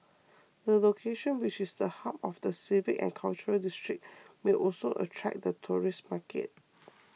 the location which is the hub of the civic and cultural district may also attract the tourist market